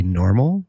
normal